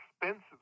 expensive